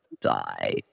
die